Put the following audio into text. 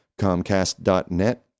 Comcast.net